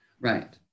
Right